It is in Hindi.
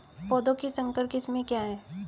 पौधों की संकर किस्में क्या हैं?